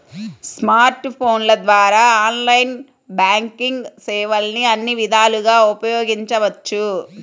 smart ఫోన్ల ద్వారా online banking సేవల్ని అన్ని విధాలుగా ఉపయోగించవచ్చు